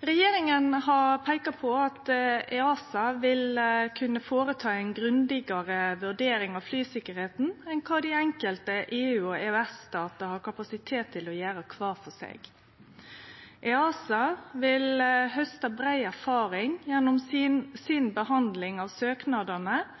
Regjeringa har peika på at EASA vil kunne gjere ei grundigare vurdering av flysikkerheita enn kva dei enkelte EU/EØS-statar har kapasitet til å gjere kvar for seg. EASA vil hauste brei erfaring gjennom behandlinga si av